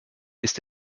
ist